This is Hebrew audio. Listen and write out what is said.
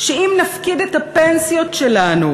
שאם נפקיד את הפנסיות שלנו,